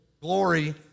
glory